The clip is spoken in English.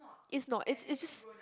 it's not it's it's just